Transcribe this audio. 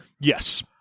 Yes